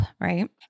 right